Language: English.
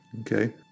okay